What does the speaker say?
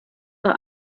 war